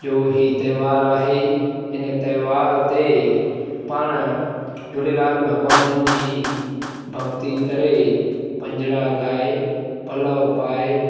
जो हीउ त्योहार आहे इन त्योहार ते पाण झूलेलाल भॻवान जी भॻिती करे पंजड़ा ॻाए पलव पाए